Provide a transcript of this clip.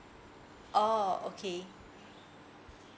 oh okay